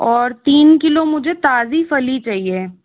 और तीन किलो मुझे ताज़ी फली चहिए